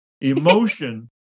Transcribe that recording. Emotion